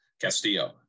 Castillo